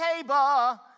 table